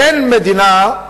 אין מדינה,